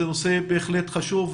זה נושא בהחלט חשוב,